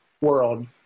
world